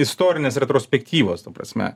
istorinės retrospektyvos ta prasme